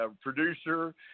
producer